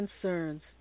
concerns